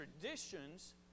traditions